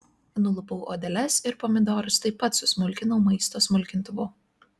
nulupau odeles ir pomidorus taip pat susmulkinau maisto smulkintuvu